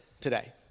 today